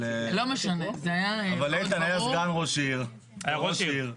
אבל איתן היה סגן ראש עיר, ראש עיר.